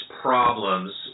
problems